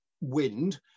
wind